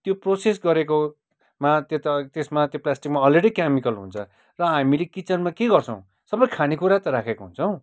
त्यो प्रोसेस गरेकोमा त्यो त त्यसमा त्यो प्लास्टिकमा अलरेडी केमिकल हुन्छ र हामीले किचनमा के गर्छौँ सबै खानेकुरा त राखेको हुन्छौँ